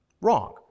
Wrong